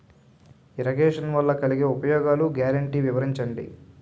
Irrigation వలన కలిగే ఉపయోగాలు గ్యారంటీ వివరించండి?